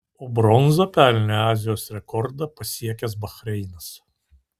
o bronzą pelnė azijos rekordą pasiekęs bahreinas